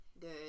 good